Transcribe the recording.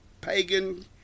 pagan